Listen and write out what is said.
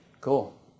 Cool